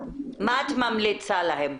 מה את ממליצה להן?